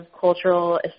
cultural